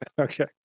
Okay